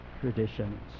traditions